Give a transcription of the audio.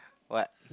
what